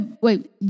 Wait